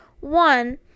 One